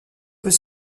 peut